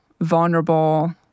vulnerable